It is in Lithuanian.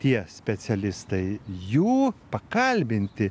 tie specialistai jų pakalbinti